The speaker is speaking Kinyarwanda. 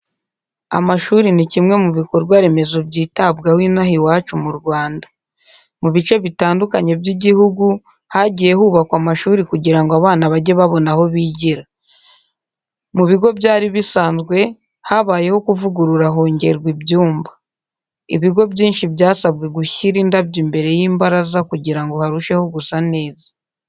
Amashuri ni kimwe mu bikorwa remezo byitabwaho inaha iwacu mu Rwanda. Mu bice bitandukanye by'igihugu hagiye hubakwa amashuri kugira ngo abana bajye babona aho bigira. Mu bigo byari bisanzwe habayeho kuvugurura hongerwa ibyumba. Ibigo byinshi byasabwe gushyira indabyo imbere y'imbaraza kugira ngo harusheho gusa neza.